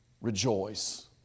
Rejoice